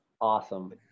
awesome